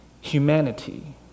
humanity